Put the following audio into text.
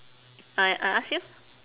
I I ask you